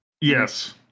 Yes